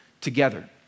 together